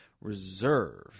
Reserve